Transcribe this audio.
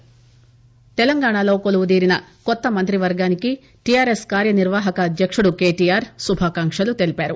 కేటీఆర్ తెలంగాణలో కొలువుతీరిన కొత్త మంతివర్గానికి టీఆర్ఎస్ కార్యనిర్వాహక అధ్యక్షుడు కేటీఆర్ శుభాకాంక్షలు తెలిపారు